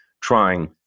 trying